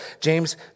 James